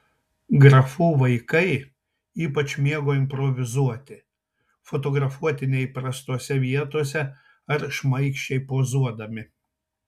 grafų vaikai ypač mėgo improvizuoti fotografuoti neįprastose vietose ar šmaikščiai pozuodami